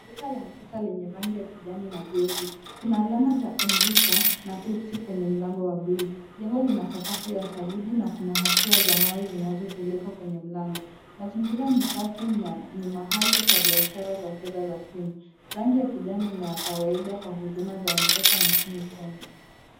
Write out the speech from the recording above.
Duka la M-Pesa lenye rangi ya kijani na jeupe. Kuna alama ya Mvita na Pepsi kwenye mlango wa bluu. Jengo lina sakafu ya saruji na kuna hatua za mawe zinazopeleka kwenye mlango. Mazingira ni safi na ni mahali pa biashara za fedha za simu. Rangi ya kijani ni ya kawaida kwa huduma za M-Pesa nchini Kenya.